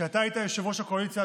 כשאתה היית יושב-ראש הקואליציה,